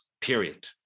period